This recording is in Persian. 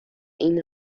این